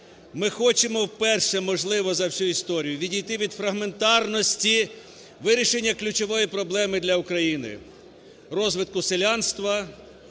Ми хочемо вперше, можливо, за всю історію відійти від фрагментарності вирішення ключової проблеми для України: розвитку селянства